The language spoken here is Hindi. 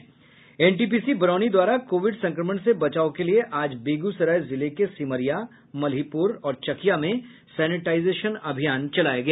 एनटीपीसी बरौनी द्वारा कोविड संक्रमण से बचाव के लिए आज बेगूसराय जिले के सिमरिया मलहीपुर और चकिया में सेनेटाईजेशन अभियान चलाया गया